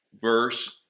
verse